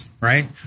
right